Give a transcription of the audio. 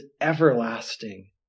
everlasting